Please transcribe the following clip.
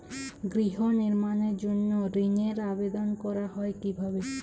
গৃহ নির্মাণের জন্য ঋণের আবেদন করা হয় কিভাবে?